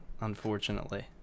unfortunately